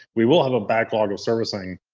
we will have a backlog of servicing.